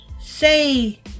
say